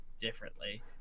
differently